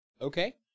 Okay